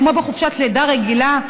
כמו בחופשת לידה רגילה,